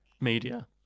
media